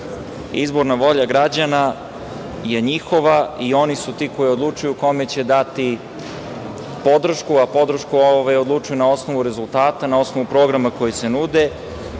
izborna volja građana je njihova i oni su ti koji odlučuju kome će dati podršku, a za podršku se odlučuju na osnovu rezultata, na osnovu programa koji se nude